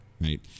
right